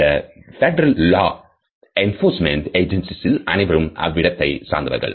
அந்த federal law enforcement ஏஜென்சிஸ்ல் அனைவரும் அவ்விடத்தை சார்ந்தவர்கள்